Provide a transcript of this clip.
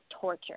torture